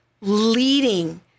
leading